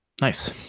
Nice